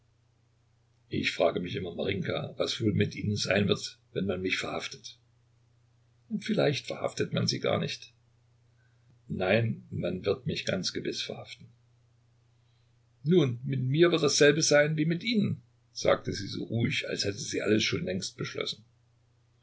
ich frage mich immer marinjka was wohl mit ihnen sein wird wenn man mich verhaftet vielleicht verhaftet man sie gar nicht nein man wird mich ganz gewiß verhaften nun mit mir wird dasselbe sein wie mit ihnen sagte sie so ruhig als hätte sie alles schon längst beschlossen